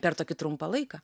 per tokį trumpą laiką